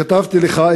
כתבתי לך,